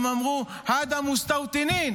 -- הם אמרו: (אומר בערבית ומתרגם.)